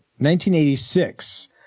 1986